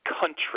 country